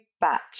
batch